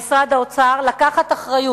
משר הפנים שנמצא פה וממשרד האוצר לקחת אחריות,